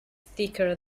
thicker